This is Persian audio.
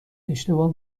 اشتباه